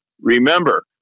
Remember